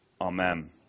Amen